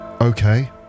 Okay